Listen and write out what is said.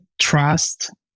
trust